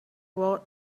wrote